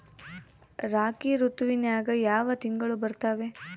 ರಾಬಿ ಋತುವಿನ್ಯಾಗ ಯಾವ ತಿಂಗಳು ಬರ್ತಾವೆ?